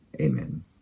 Amen